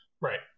Right